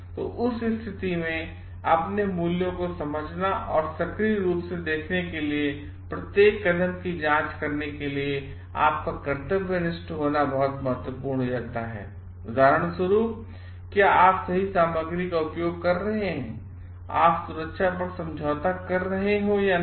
तो उस स्थिति में अपने मूल्यों को समझना और सक्रिय रूप से देखने के लिए कि प्रत्येक कदम की जाँच करने के लिए आपका कर्तव्यनिष्ठ होना बहुत महत्वपूर्ण हो जाता है उदाहरण स्वरुप क्या आप सही सामग्री का उपयोग कर रहे हैं आप सुरक्षा पर समझौता कर रहे हों या नहीं